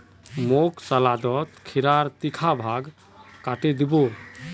मोक सलादत खीरार तीखा भाग काटे दी बो